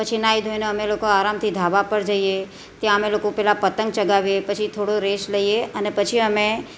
પછી નાહી ધોઈને અમે લોકો આરામથી ધાબા પર જઈએ ત્યાં અમે લોકો પેલા પતંગ ચગાવીએ પછી થોડો રેસ્ટ લઈએ અને પછી અમે